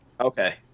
Okay